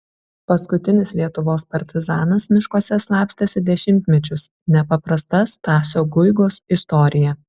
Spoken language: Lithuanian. paskutinis lietuvos partizanas miškuose slapstėsi dešimtmečius nepaprasta stasio guigos istorija